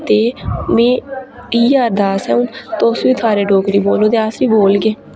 ते में इ'यै अरदास ऐ हून तुस बी सारे डोगरी बोलो ते अस बी बोलगे